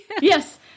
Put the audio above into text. Yes